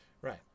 right